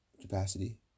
capacity